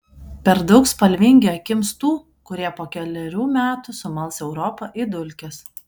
per daug spalvingi akims tų kurie po kelerių metų sumals europą į dulkes